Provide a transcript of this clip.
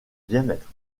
diamètre